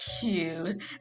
cute